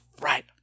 right